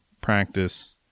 practice